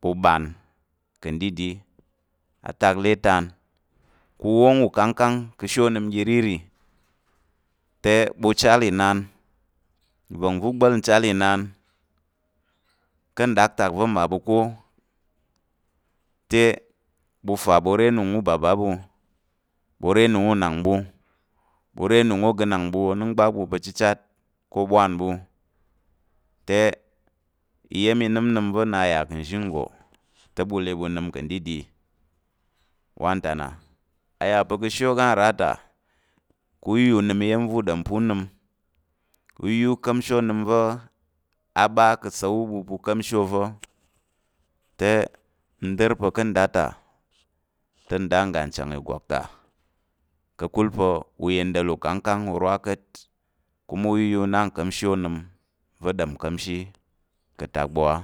ɓu ɓan ka̱ ɗi ɗi atak le tán u wong ukángkang ka̱ ashe onəm uga irirì, te ɓu chal inan nva̱ngva̱ u gba̱l nchal inan ka̱ nɗaktak va̱ mmaɓu ká̱ te ɓu fa ɓu re anung ubaba ɓu ká̱ unang ɓu, ogənang ɓu onəmgbak ɓu pa̱ chichat ká̱ oɓwakan ɓu, te iya̱m inənəm iro nnà yà ka̱ nzhi nggo te, ɓu le ɓu nəm ka̱ ɗi ɗi wan ta nnà ka̱ ashe oga nra kang u inya u nəm iya̱m va̱ u ɗom pa̱ u nəm u iyà u ka̱mshi onəm va̱ ɓa ka̱ asa̱l ɓu pa̱ u ka̱mshi ova̱ te n dər pa̱ ka̱ nda ta te nda ngga chang ìgwak ta ka̱kul pa̱ u yendal ukangkang, u rwa ka̱t kuma u inya u na nka̱mshi onəm va̱ ɗom nka̱mshi ka̱ atak ɓu á.